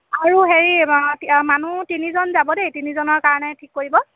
আৰু হেৰি মানুহ তিনিজন যাব দেই তিনিজনৰ কাৰণে ঠিক কৰিব